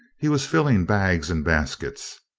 he was filling bags and baskets.